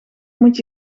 moet